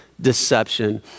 deception